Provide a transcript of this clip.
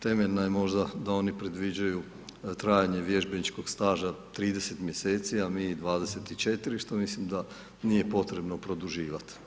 Temeljna je možda da oni predviđaju trajanje vježbeničkog staža 30 mjeseci, a mi 24, što mislim da nije potrebno produživat.